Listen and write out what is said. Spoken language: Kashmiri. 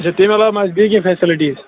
اَچھا تَمہِ علاوٕ ما آسہِ بیٚیہِ کیٚنٛہہ فیسلٹیٖز